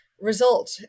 result